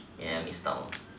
ya I missed out